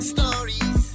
Stories